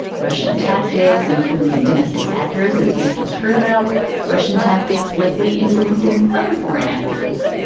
russian tactics influencing domestic actors, as we've just heard about russian tactics likely influencing other foreign actors.